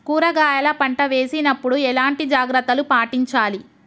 కూరగాయల పంట వేసినప్పుడు ఎలాంటి జాగ్రత్తలు పాటించాలి?